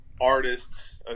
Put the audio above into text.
artists